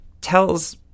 tells